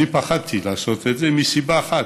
אני פחדתי לעשות את זה, מסיבה אחת.